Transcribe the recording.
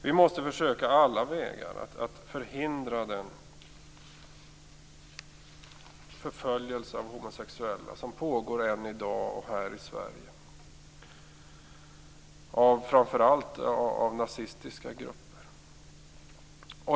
Vi måste försöka alla vägar för att förhindra den förföljelse av homosexuella som pågår än i dag här i Sverige av framför allt nazistiska grupper.